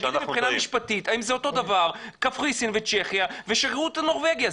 תגידי מבחינה משפטית האם זה אותו דבר קפריסין וצ'כיה ושגרירות נורבגיה.